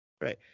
Right